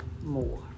more